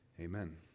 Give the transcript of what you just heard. Amen